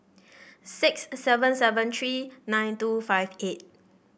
six seven seven three nine two five eight